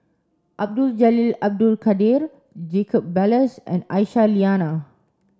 Abdul Jalil Abdul Kadir Jacob Ballas and Aisyah Lyana